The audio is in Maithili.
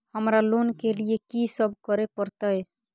हमरा लोन के लिए की सब करे परतै?